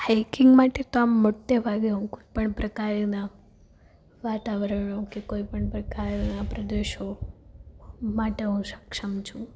hiking માટે તો આમ મોટે ભાગે હું કોઈ પણ પ્રકારના વાતાવરણો કે કોઈ પણ પ્રકારના પ્રદેશો માટે હું સક્ષમ છું